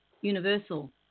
universal